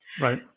Right